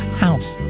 house